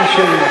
סגן השר,